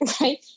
right